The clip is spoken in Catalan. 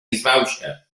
disbauxa